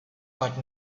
but